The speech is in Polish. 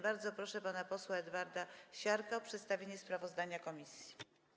Bardzo proszę pana posła Edwarda Siarkę o przedstawienie sprawozdania komisji.